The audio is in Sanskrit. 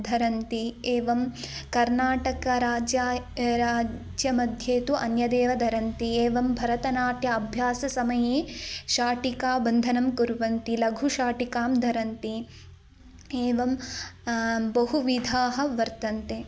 धरन्ति एवम् कर्नाटकराज्याय राज्यमध्ये तु अन्यदेव धरन्ति एवं भरतनाट्यम् अभ्याससमये शाटिकाबन्धनं कुर्वन्ति लघु शाटिकां धरन्ति एवं बहुविधाः वर्तन्ते